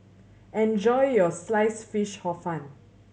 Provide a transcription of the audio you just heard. enjoy your Sliced Fish Hor Fun